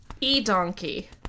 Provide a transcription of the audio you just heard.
E-Donkey